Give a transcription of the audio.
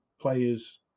players